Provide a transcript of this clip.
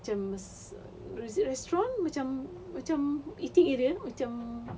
cam restaurant macam macam eating area macam